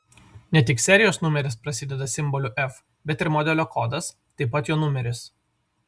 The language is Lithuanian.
ne tik serijos numeris prasideda simboliu f bet ir modelio kodas taip pat jo numeris